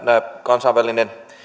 kansainvälinen